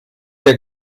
der